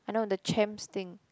I know the champs thing